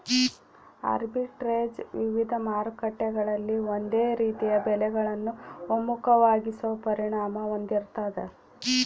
arbitrage ವಿವಿಧ ಮಾರುಕಟ್ಟೆಗಳಲ್ಲಿ ಒಂದೇ ರೀತಿಯ ಬೆಲೆಗಳನ್ನು ಒಮ್ಮುಖವಾಗಿಸೋ ಪರಿಣಾಮ ಹೊಂದಿರ್ತಾದ